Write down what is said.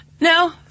No